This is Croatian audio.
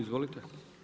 Izvolite.